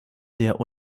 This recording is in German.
der